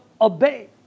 obey